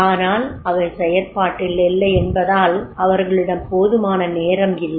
ஆனால் அவை செயற்பாட்டில் இல்லையென்பதால் அவர்களிடம் போதுமான நேரம் இல்லை